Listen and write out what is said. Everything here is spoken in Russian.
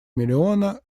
миллиона